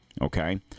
Okay